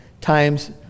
times